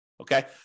Okay